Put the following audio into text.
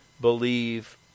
believe